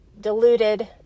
diluted